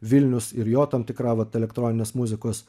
vilnius ir jo tam tikra vat elektroninės muzikos